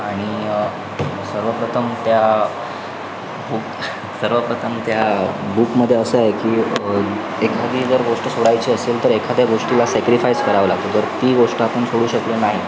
आणि सर्वप्रथम त्या बुक सर्वप्रथम त्या बुकमध्ये असं आहे की एखादी जर गोष्ट सोडायची असेल तर एखाद्या गोष्टीला सॅक्रिफाइस करावं लागतं तर ती गोष्ट आपण सोडू शकलो नाही